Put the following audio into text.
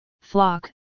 Flock